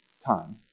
time